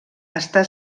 està